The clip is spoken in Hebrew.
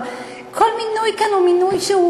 אבל כל מינוי כאן הוא על העוקם.